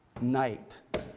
night